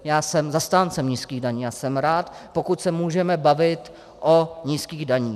Já jsem zastáncem nízkých daní a jsem rád, pokud se můžeme bavit o nízkých daních.